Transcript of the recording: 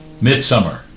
Midsummer